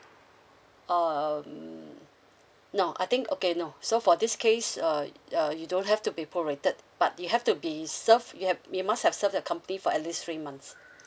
um no I think okay no so for this case uh uh you don't have to be prorated but you have to be served you have you must have served the company for at least three months